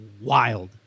wild